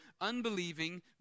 unbelieving